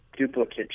Duplicate